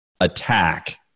attack